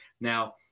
now